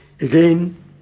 Again